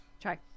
Try